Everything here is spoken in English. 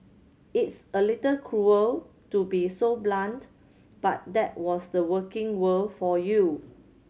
it's a little cruel to be so blunt but that was the working world for you